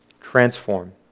transform